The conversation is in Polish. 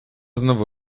znowu